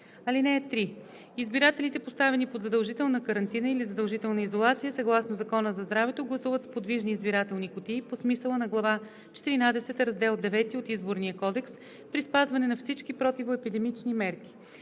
(3) Избирателите, поставени под задължителна карантина или задължителна изолация съгласно Закона за здравето, гласуват с подвижни избирателни кутии по смисъла на глава четиринадесета, раздел IX от Изборния кодекс при спазване на всички противоепидемични мерки.